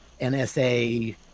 NSA